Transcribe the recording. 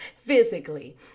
physically